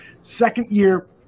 second-year